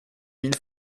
mille